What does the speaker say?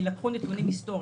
לקחו נתונים היסטוריים,